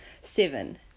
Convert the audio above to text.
seven